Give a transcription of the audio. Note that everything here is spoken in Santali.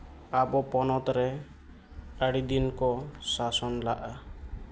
ᱟᱵᱚ ᱯᱚᱱᱚᱛ ᱨᱮ ᱟᱹᱰᱤ ᱫᱤᱱ ᱠᱚ ᱥᱟᱥᱚᱱ ᱞᱟᱜᱼᱟ